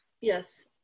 Yes